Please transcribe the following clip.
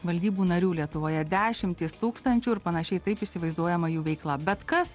valdybų narių lietuvoje dešimtys tūkstančių ir panašiai taip įsivaizduojama jų veikla bet kas